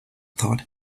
thought